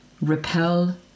repel